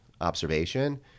observation